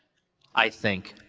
i think,